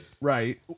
right